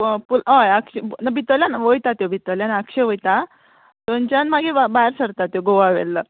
पूल हय आक्षी ना भितरल्यान वयता त्यो भितरल्यान आक्षे वयता थंयच्यान मागीर भायर सरता त्यो गोवा वेल्ला